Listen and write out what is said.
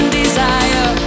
desire